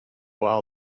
while